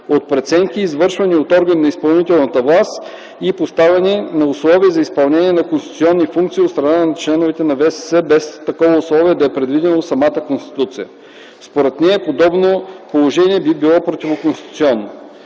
от преценки, извършени от орган на изпълнителната власт и поставяне на условия за изпълнение на конституционни функции от страна на членовете на ВСС, без такова условие да е предвидено в Конституцията. Според нея подобно положение би било противоконституционно.